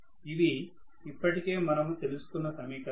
ఇవి ఇప్పటికే మనము తెలుసుకున్న సమీకరణాలు